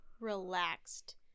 relaxed